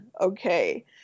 okay